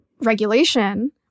regulation